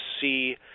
see